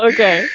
Okay